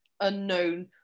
unknown